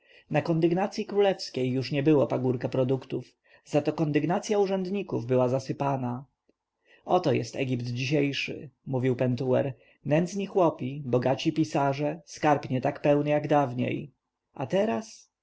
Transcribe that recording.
na kondygnacji królewskiej już nie było pagórka produktów zato kondygnacja urzędników była zasypana oto jest egipt dzisiejszy mówił pentuer nędzni chłopi bogaci pisarze skarb nie tak pełny jak dawniej a teraz